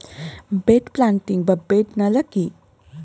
Bed planting বা bed নালা কি?